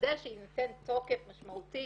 כדי שיינתן תוקף משמעותי